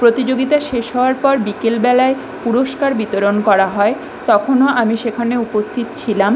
প্রতিযোগিতা শেষ হওয়ার পর বিকেলবেলায় পুরষ্কার বিতরণ করা হয় তখনও আমি সেখানে উপস্থিত ছিলাম